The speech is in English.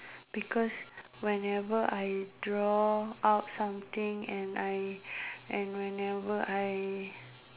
because whenever I draw out something and I and whenever I